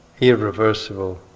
irreversible